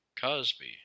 Cosby